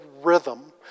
rhythm